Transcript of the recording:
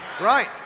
Right